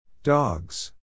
Dogs